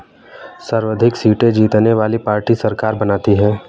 सर्वाधिक सीटें जीतने वाली पार्टी सरकार बनाती है